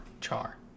Char